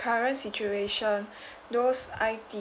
current situation those I_T